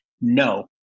no